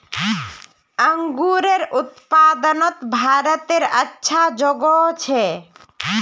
अन्गूरेर उत्पादनोत भारतेर अच्छा जोगोह छे